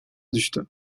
düştü